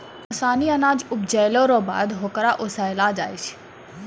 ओसानी अनाज उपजैला रो बाद होकरा ओसैलो जाय छै